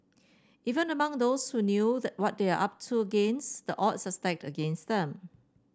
even among those who knew the what they are up to against the odds against them